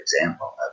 example